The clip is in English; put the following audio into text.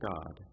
God